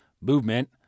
movement